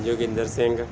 Joginder Singh